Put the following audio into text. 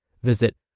Visit